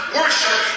worship